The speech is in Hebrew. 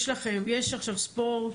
יש עכשיו ספורט,